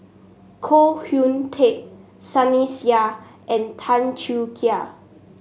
Koh Hoon Teck Sunny Sia and Tan Choo